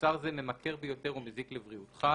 מוצר זה ממכר ביותר ומזיק לבריאותך",